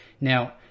Now